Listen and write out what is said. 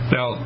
Now